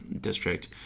district